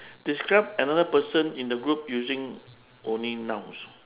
describe another person in the group using only nouns